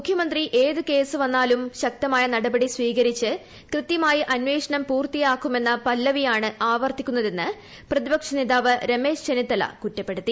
മുഖ്യമന്ത്രി ഏത് കേസ് വന്നാലും ശക്തമായ നടപടി സ്വീകരിച്ച് കൃത്യമായി അന്വേഷണം പൂർത്തിയാക്കുമെന്ന പല്ലവിയാണ് ആവർത്തിക്കുന്നതെന്ന് പ്രതിപക്ഷ നേതാവ് രമേശ് ചെന്നിത്തല കുറ്റപ്പെടുത്തി